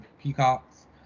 peacocks